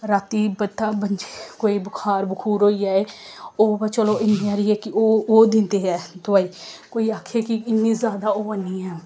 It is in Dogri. राती बंदा कोई बुखार बुखूर होई जाए ओह् चलो इन्नी हारी ऐ कि ओह् ओह् दिंदे ऐं दोआई कोई आखै कि इन्नी जादा ओह् हैन्नी ऐ